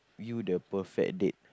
you the perfect date